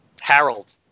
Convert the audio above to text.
Harold